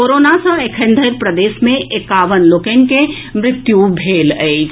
corona सँ एखन धरि प्रदेश मे एकावन लोकनि के मृत्यु भेल अछि